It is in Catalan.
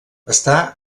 està